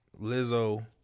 Lizzo